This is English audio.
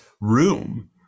room